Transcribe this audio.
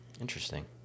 Interesting